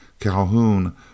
Calhoun